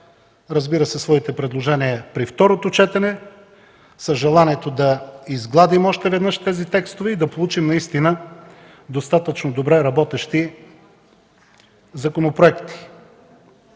разбира се, при второто четене с желанието да изгладим още веднъж тези текстове и да получим наистина достатъчно добре работещи законопроекти.